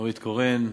ונורית קורן,